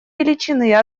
величины